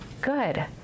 Good